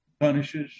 punishes